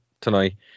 tonight